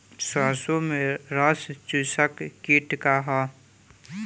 सरसो में रस चुसक किट का ह?